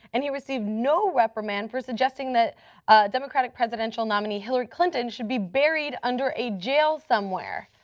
and, he received no reprimand for suggesting that democratic presidential nominee hillary clinton should be buried under a jail somewhere.